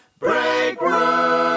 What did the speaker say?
Breakroom